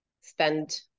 spend